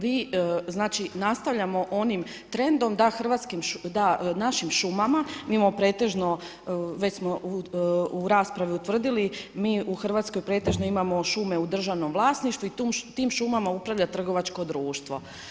Vi znači, nastavljamo onim trendom da našim šumama, mi imamo pretežno, već smo u raspravi utvrdili, mi u RH pretežno imamo šume u državnom vlasništvu i tim šumama upravlja trgovačko društvo.